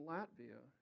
Latvia